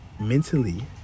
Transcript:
mentally